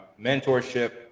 mentorship